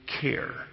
care